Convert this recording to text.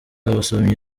abasomyi